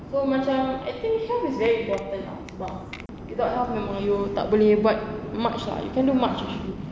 so macam I think health is very important lah sebab without health memang you tak boleh buat much lah you can't do much actually